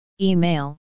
email